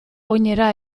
oinera